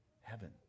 heaven